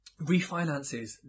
refinances